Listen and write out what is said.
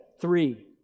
three